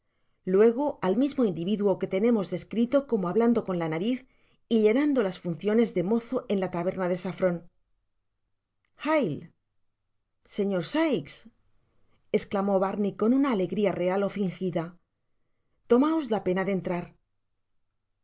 luego al mismo individuo que tenemos descrito como hablando con la nariz y llenando las funciones de mozo en la taberna de saffron hille señor sikes esclamó barney con una alegria real ó fingida tomaos la pena de entrar